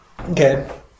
Okay